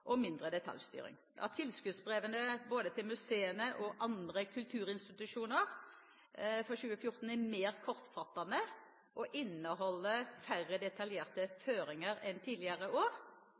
og mindre detaljstyring. At tilskuddsbrevene til både museene og andre kulturinstitusjoner for 2014 er mer kortfattet og inneholder færre detaljerte føringer enn tidligere år,